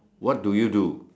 what do you do